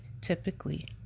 typically